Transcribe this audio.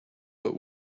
but